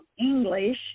English